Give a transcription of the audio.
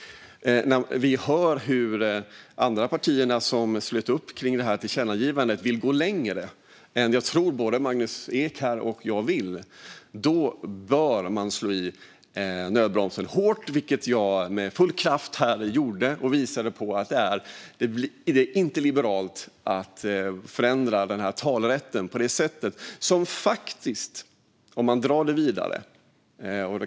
Men när man hör att de andra partier som slutit upp kring det föreslagna tillkännagivandet vill gå längre än både Magnus Ek, tror jag, och jag vill bör man slå i nödbromsen hårt. Det gjorde jag med full kraft när jag visade att det, om man spinner vidare på det, inte är liberalt att förändra talerätten på detta sätt.